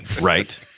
right